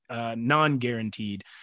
non-guaranteed